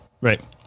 right